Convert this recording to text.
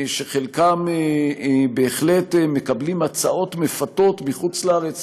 חלקם בהחלט מקבלים הצעות מפתות מחוץ-לארץ